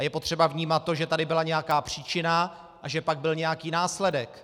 Je potřeba vnímat to, že tady byla nějaká příčina a že pak byl nějaký následek.